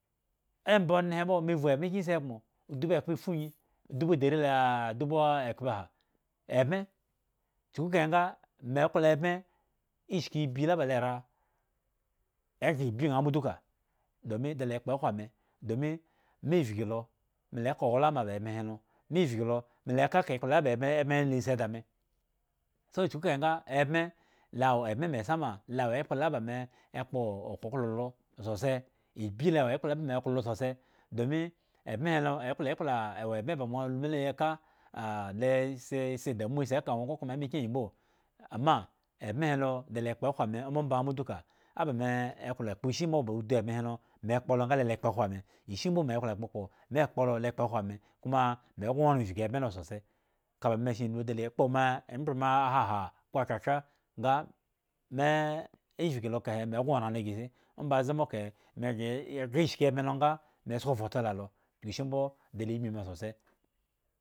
Omba onee he mbo vu ebme kyen hegbmo udubu ekpefunyi odubu dari laa ekhpeha ebme chuku kahe nga me klo eme ishi ibiyi ba la ra gre ibyi aa mbo duka domin de le kpowo me domin me vgi lo me le ka owlama ba ebme he lo me vgi lo me kekaka lekpla la ebme he lo la si da me so chuke nga ebme lawa ebme masama ebme la ekplo lo ba me kplo okhwo kala lo sosai ibyi le anbo wo ekplo le ba me klo sosai domi ebme he lo eklo ekpla e wo kbme ba ma lu mele ka a de si damuwa asi da nwo kokuma emakyen yi amma ebme he lo de le kpo ame ombomba anaa mbo duka aba mee klo kpo eshi mbo ba ubu ebre he lo me kpolo nga lo kpowe ame eshi mbo me klo kpokpo me kpo lo le kpohwo me kuma me grio oran vgi ebme lo sosai kame shen lu de le kpo ma embre moawye haha ko tratra bga me e vii lo kahe me grio oran lo gre shri omba ze mbo kahe gre ye gre shki ebme lo nga me sko photo la le chuky shi mbo de te bmi sosai.